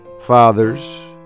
Fathers